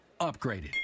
Upgraded